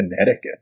Connecticut